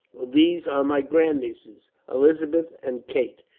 these are my grandnieces, elizabeth and kate,